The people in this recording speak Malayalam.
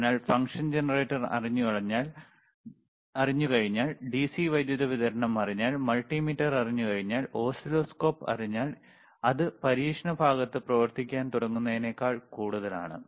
അതിനാൽ ഫംഗ്ഷൻ ജനറേറ്റർ അറിഞ്ഞുകഴിഞ്ഞാൽ ഡിസി വൈദ്യുതി വിതരണം അറിഞ്ഞാൽ മൾട്ടിമീറ്റർ അറിഞ്ഞുകഴിഞ്ഞാൽ ഓസിലോസ്കോപ്പ് അറിഞ്ഞാൽ അത് പരീക്ഷണ ഭാഗത്ത് പ്രവർത്തിക്കാൻ തുടങ്ങുന്നതിനേക്കാൾ കൂടുതലാണ്